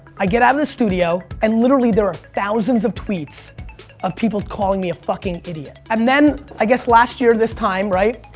i get out of the studio, and literally there are thousands of tweets of people calling me a fucking idiot. and then i guess last year this time, right,